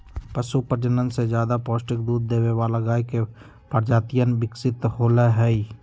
पशु प्रजनन से ज्यादा पौष्टिक दूध देवे वाला गाय के प्रजातियन विकसित होलय है